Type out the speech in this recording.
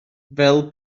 fel